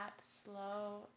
slow